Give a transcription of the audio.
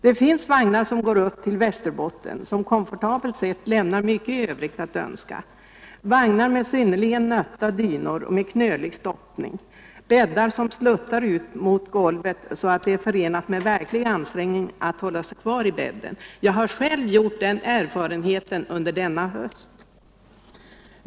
Det finns vagnar som går upp till Västerbotten vilka i komforthänseende lämnar mycket övrigt att önska — vagnar med synnerligen nötta dynor, med knölig stoppning och med bäddar som sluttar ut mot golvet, så att det är förenat med verklig ansträngning att hålla sig kvar i bädden. Jag har själv gjort den erfarenheten under denna höst.